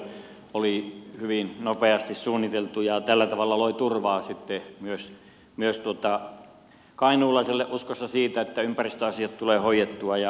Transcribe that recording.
tämä vierailu oli hyvin nopeasti suunniteltu ja tällä tavalla loi turvaa sitten myös kainuulaisille uskossa siihen että ympäristöasiat tulevat hoidettua ja myös työntekijöille